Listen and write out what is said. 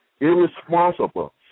Irresponsible